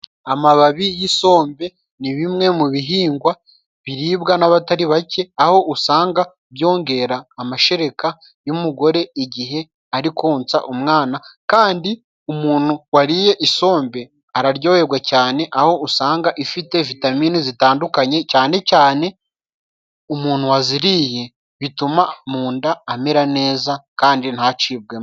Amababi y'isombe ni bimwe mu bihingwa biribwa n'abatari bake, aho usanga byongera amashereka y'umugore igihe ari konsa umwana. Kandi umuntu wariye isombe araryoherwa cyane, aho usanga ifite vitamine zitandukanye, cyane cyane umuntu waziriye bituma mu nda amera neza kandi ntacibwemo.